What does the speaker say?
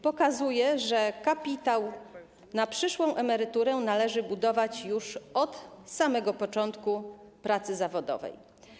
Pokazuje bowiem, że kapitał na przyszłą emeryturę należy budować już od samego początku pracy zawodowej.